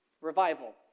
Revival